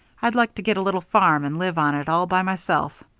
i'd like to get a little farm and live on it all by myself.